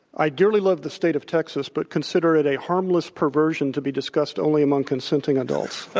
i dearly love the state of texas, but consider it a harmless perversion to be discussed only among consenting adults.